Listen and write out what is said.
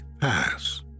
Pass